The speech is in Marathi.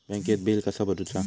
बँकेत बिल कसा भरुचा?